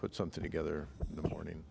put something together in the morning